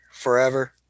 forever